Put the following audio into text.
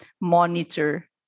monitor